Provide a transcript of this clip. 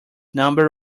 number